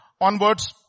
onwards